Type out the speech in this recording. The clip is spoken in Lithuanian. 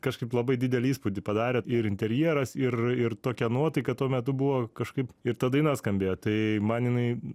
kažkaip labai didelį įspūdį padarė ir interjeras ir ir tokia nuotaika tuo metu buvo kažkaip ir ta daina skambėjo tai man jinai